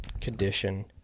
condition